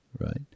right